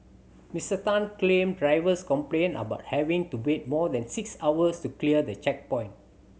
Mister Tan claimed drivers complained about having to wait more than six hours to clear the checkpoint